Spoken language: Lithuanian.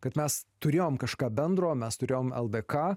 kad mes turėjom kažką bendro mes turėjom ldk